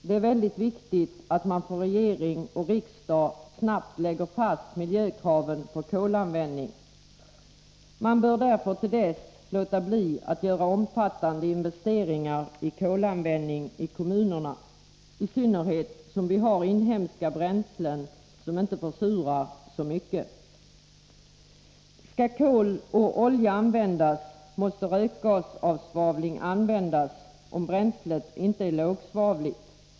Det är väldigt viktigt att regering och riksdag snabbt lägger fast miljökraven för kolanvändning. Man bör därför till dess låta bli att göra omfattande investeringar i kolanvändningi kommunerna, i synnerhet som vi har inhemska bränslen som inte försurar så mycket. Skall kol och olja användas måste rökgasavsvavling användas om bränslet inte är lågsvavligt.